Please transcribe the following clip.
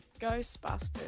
Ghostbusters